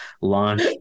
launch